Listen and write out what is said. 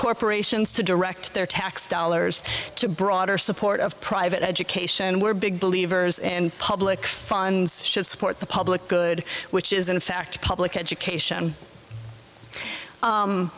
corporations to direct their tax dollars to broader support of private education we're big believers and public funds should support the public good which is in fact public education